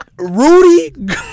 Rudy